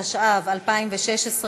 התשע"ו 2016,